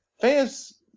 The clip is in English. fans